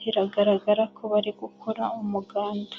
biragaragara ko bari gukora umuganda.